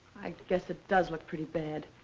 i guess it does look pretty bad.